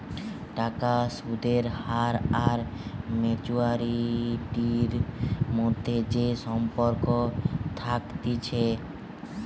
টাকার সুদের হার আর ম্যাচুয়ারিটির মধ্যে যে সম্পর্ক থাকতিছে